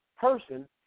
person